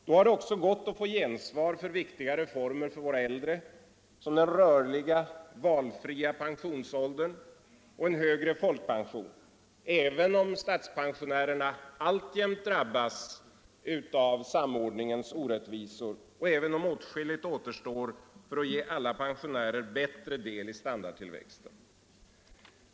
Då har det också gått att få gensvar för viktiga reformer för våra äldre, som den rörliga, valfria pensionsåldern och en högre folkpension, även om statspensionärerna alltjämt drabbas av samordningens orättvisor och även om åtskilligt återstår för att ge alla pensionärer bättre del i standardtillväxten.